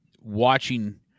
watching